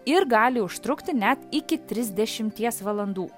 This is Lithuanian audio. ir gali užtrukti net iki trisdešimties valandų